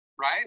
right